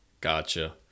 gotcha